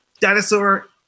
Dinosaur